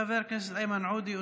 חבר הכנסת איימן עודה,